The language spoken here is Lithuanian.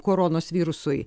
koronos virusui